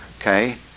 Okay